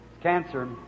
cancer